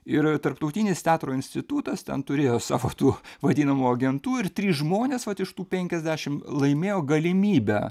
ir tarptautinis teatro institutas ten turėjo savo tų vadinamų agentų ir trys žmonės vat iš tų penkiasdešim laimėjo galimybę